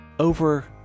Over